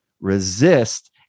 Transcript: resist